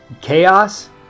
chaos